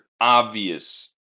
obvious